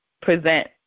present